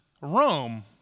Rome